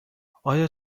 آیا